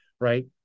Right